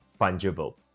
fungible